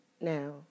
Now